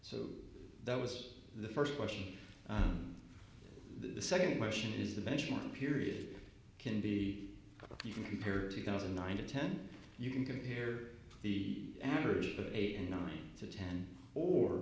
so that was the first question the second question is the benchmark period can be you can compare two thousand nine to ten you can compare the average of eight and nine to ten or